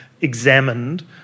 examined